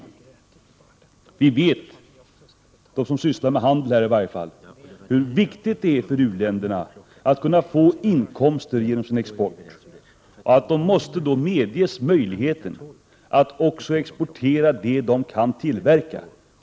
I varje fall de som sysslar med handel vet hur viktigt det är för u-länderna att kunna få inkomster genom sin export. Men då måste u-länderna också ges möjligheter att exportera det som de kan tillverka.